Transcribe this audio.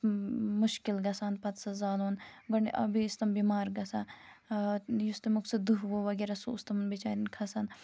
مشکِل گَژھان پَتہٕ سُہ زالُن گۄڈٕ بیٚیہِ ٲسۍ تِم بٮ۪مار گَژھان یُس تمیُک سُہ دُہہ وُہہ وغیرہ سُہ اوس تِمَن بِچارٮ۪ن کَھسان